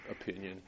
opinion